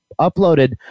uploaded